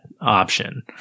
option